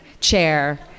chair